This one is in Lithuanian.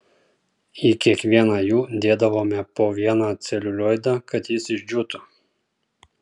į kiekvieną jų dėdavome po vieną celiulioidą kad jis išdžiūtų